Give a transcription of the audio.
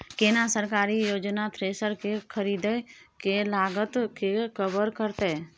केना सरकारी योजना थ्रेसर के खरीदय के लागत के कवर करतय?